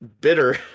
Bitter